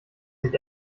sich